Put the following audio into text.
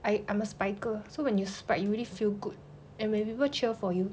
I I'm a spiker so when you spike you really feel good and when people cheered for you